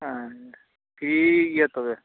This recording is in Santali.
ᱴᱷᱤᱠ ᱜᱮᱭᱟ ᱛᱚᱵᱮ